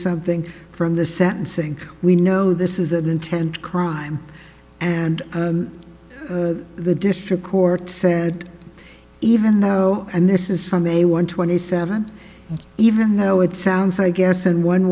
something from the sentencing we know this is an intent crime and the district court said even though this is from a one twenty seven even though it sounds i guess in one